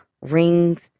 rings